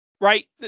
right